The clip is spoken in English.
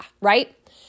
Right